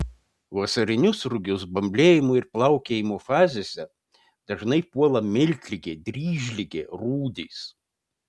vasarinius rugius bamblėjimo ir plaukėjimo fazėse dažnai puola miltligė dryžligė rūdys